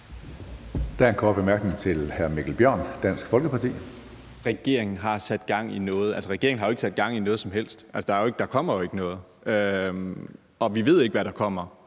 regeringen har jo ikke sat gang i noget som helst; der kommer jo ikke noget. Og vi ved ikke, hvad der kommer,